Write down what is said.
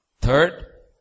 Third